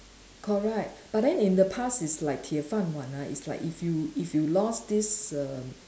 correct but then in the past is like 铁饭碗 one ah is like if you if you lost this err